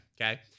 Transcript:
Okay